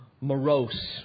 morose